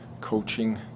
coaching